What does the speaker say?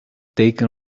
take